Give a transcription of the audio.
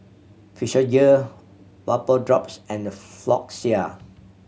Physiogel Vapodrops and Floxia